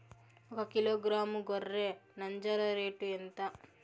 ఒకకిలో గ్రాము గొర్రె నంజర రేటు ఎంత?